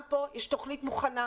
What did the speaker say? יש פה תוכנית מוכנה,